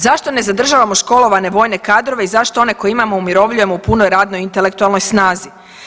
Zašto ne zadržavao školovane vojne kadrove i zašto one koje imamo, umirovljujemo u punoj radnoj i intelektualnoj snazi?